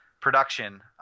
production